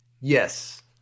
Yes